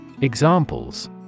Examples